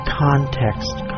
context